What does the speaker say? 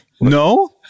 No